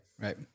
Right